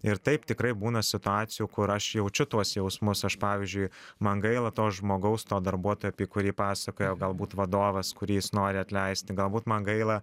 ir taip tikrai būna situacijų kur aš jaučiu tuos jausmus aš pavyzdžiui man gaila to žmogaus to darbuotojo apie kurį pasakojo galbūt vadovas kurį jis nori atleisti galbūt man gaila